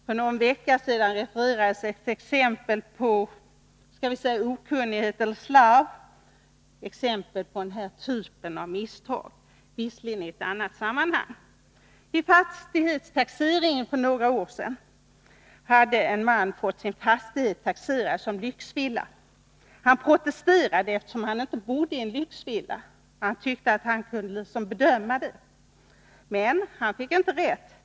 För någon vecka sedan refererades ett exempel på grund av låt mig säga okunnighet eller slarv, ett exempel på den här typen av misstag -— visserligen i ett annat sammanhang. Vid fastighetstaxeringen för några år sedan hade en man fått sin fastighet taxerad som lyxvilla. Han protesterade, eftersom han inte bodde i en lyxvilla — han tyckte att han kunde bedöma det. Men han fick inte rätt.